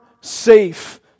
safe